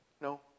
no